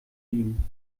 ihn